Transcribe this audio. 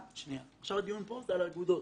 עכשיו הדיון פה הוא על האגודות.